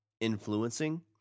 influencing